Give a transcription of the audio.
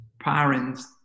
parents